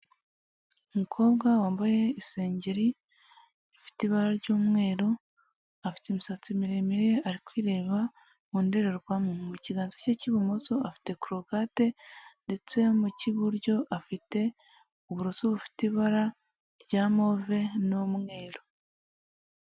Umukobwa wambaye isengeri ifite ibara ry'umweru, afite imisatsi miremire, ari kwireba mu ndorerwamo, mu kiganza cye cy'ibumoso afite korogate ndetse mu cy'iburyo afite uburoso bufite ibara rya move n'umweru.